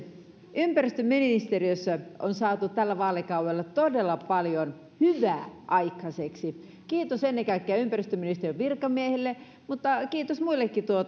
ympäristöministeriössä on saatu tällä vaalikaudella todella paljon hyvää aikaiseksi kiitos ennen kaikkea ympäristöministeriön virkamiehille mutta kiitos muillekin